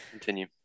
continue